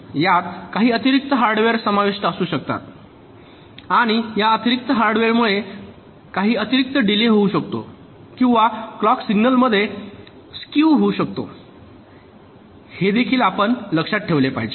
यात काही अतिरिक्त हार्डवेअर समाविष्ट असू शकतात आणि या अतिरिक्त हार्डवेअरमुळे काही अतिरिक्त डिलेय होऊ शकतो किंवा क्लॉक सिग्नलमध्ये स्क्यू होऊ शकतो हे देखील आपण लक्षात ठेवले पाहिजे